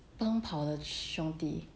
奔跑的兄弟